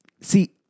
See